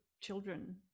children